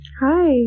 Hi